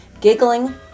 giggling